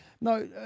No